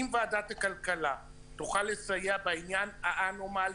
אם ועדת הכלכלה תוכל לסייע בעניין האנומלי,